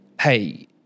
hey-